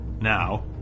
Now